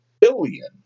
billion